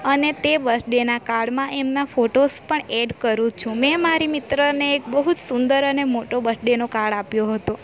અને તે બર્થ ડેના કાર્ડમાં એમના ફોટોસ પણ એડ કરું છું મેં મારી મિત્રને એક બહુ સુંદર અને મોટો બર્થ ડેનો કાર્ડ આપ્યો હતો